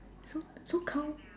so so count